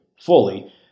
fully